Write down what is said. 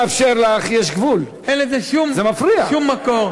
אין לזה שום מקור.